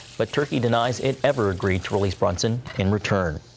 but turkey denies it ever agreed to release brunson in return.